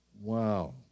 Wow